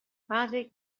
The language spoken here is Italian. padre